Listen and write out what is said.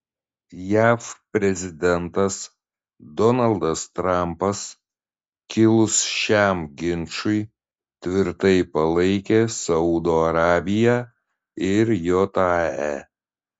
jav prezidentas donaldas trampas kilus šiam ginčui tvirtai palaikė saudo arabiją ir jae